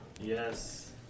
Yes